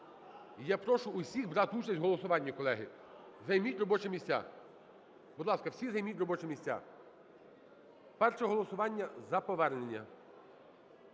я прошу всіх брати участь у голосуванні. Колеги, займіть робочі місця. Будь ласка, всі займіть робочі місця. Перше голосування - за повернення.